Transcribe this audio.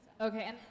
Okay